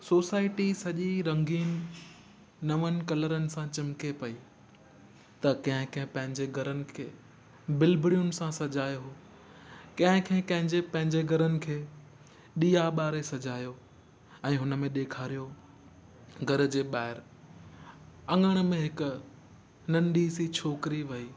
society सॼी रंगीन नवंन कलरनि सां चिमिके पई त कंहिं कंहिं पंहिंजे घरनि खे बिलिबिड़ियुनि सां सजायो हो कंहिं कंहिं कंहिंजे पंहिंजे घरनि खे ॾीआ ॿाड़े सजायो ऐं हुनमें ॾेखारियो घर जे ॿाहिरि अंङण में हिक नंढी सी छोकिरी वई